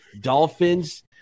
Dolphins